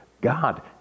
God